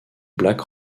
black